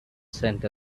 scent